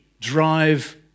drive